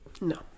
No